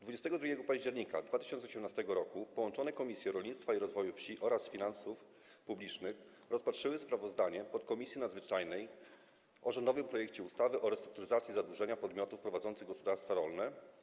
22 października 2018 r. połączone Komisje: Rolnictwa i Rozwoju Wsi oraz Finansów Publicznych rozpatrzyły sprawozdanie podkomisji nadzwyczajnej o rządowym projekcie ustawy o restrukturyzacji zadłużenia podmiotów prowadzących gospodarstwa rolne.